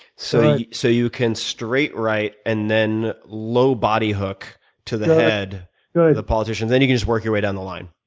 so so you can straight right, and then low body hook to the head the politicians. then you can just work your way down the line.